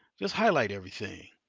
just highlight everything.